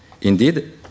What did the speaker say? Indeed